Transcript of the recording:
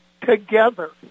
together